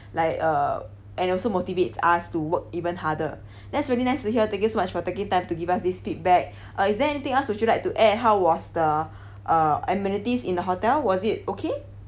like uh and also motivates us to work even harder that's really nice to hear thank you so much for taking time to give us this feedback uh is there anything else would you like to add how was the uh amenities in the hotel was it okay